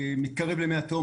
מתקרב למי התהום,